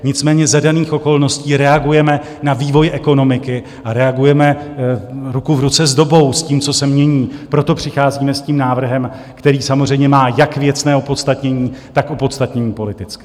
Nicméně za daných okolností reagujeme na vývoj ekonomiky a reagujeme ruku v ruce s dobou, s tím, co se mění, proto přicházíme s návrhem, který samozřejmě má jak věcné opodstatnění, tak opodstatnění politické.